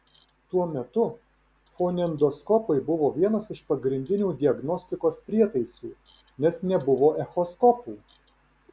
tuo metu fonendoskopai buvo vienas iš pagrindinių diagnostikos prietaisų nes nebuvo echoskopų